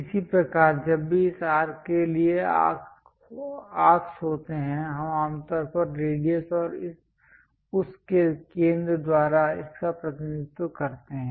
इसी प्रकार जब भी इस आर्क के लिए आर्क्स होते हैं हम आम तौर पर रेडियस और उस के केंद्र द्वारा इसका प्रतिनिधित्व करते हैं